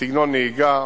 סגנון נהיגה,